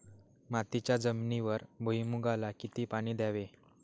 मातीच्या जमिनीवर भुईमूगाला किती पाणी द्यावे?